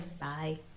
Bye